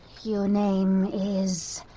your name is,